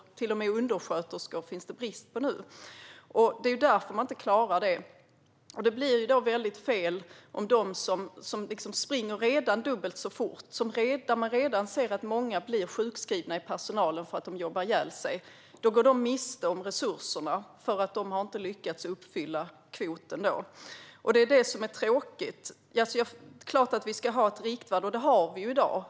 Det är till och med brist på undersköterskor nu. Det är därför man inte klarar att korta vårdköerna. Många springer redan dubbelt så fort och många blir sjukskrivna därför att de håller på att jobba ihjäl sig. Man går då miste om resurserna eftersom man inte har lyckats fylla kvoten. Det är klart att vi ska ha ett riktvärde, och det har vi i dag.